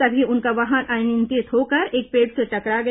तभी उनका वाहन अनियंत्रित होकर एक पेड़ से टकरा गया